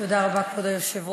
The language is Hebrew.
תודה רבה, כבוד היושב-ראש.